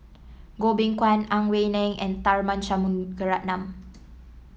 Goh Beng Kwan Ang Wei Neng and Tharman Shanmugaratnam